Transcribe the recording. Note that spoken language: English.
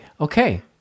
okay